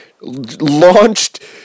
launched